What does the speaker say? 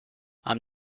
i’m